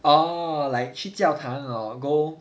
oh like 去教堂 hor go